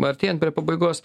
artėjan prie pabaigos